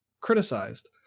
criticized